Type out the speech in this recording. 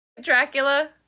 Dracula